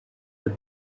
had